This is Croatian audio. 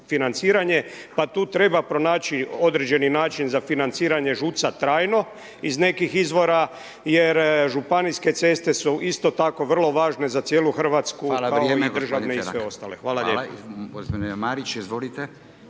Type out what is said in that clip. pa tu treba pronaći određeni način za financiranje ŽUC-a trajno iz nekih izvora jer županijske ceste su isto tako vrlo važne za cijelu Hrvatsku kao … …/Upadica Radin: Hvala,